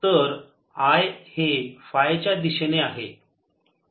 तर I हे phi च्या दिशेने आहे तसे घ्या